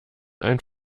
ein